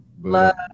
Love